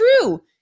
true